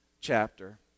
chapter